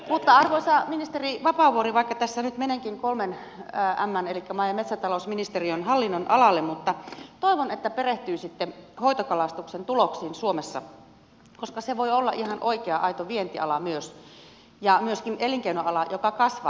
arvoisa ministeri vapaavuori vaikka tässä nyt menenkin kolmen mn eli maa ja metsätalousministeriön hallinnonalalle niin toivon että perehtyisitte hoitokalastuksen tuloksiin suomessa koska se voi olla ihan oikea aito vientiala myös ja myöskin elinkeinoala joka kasvaa